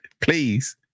please